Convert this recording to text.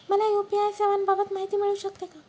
मला यू.पी.आय सेवांबाबत माहिती मिळू शकते का?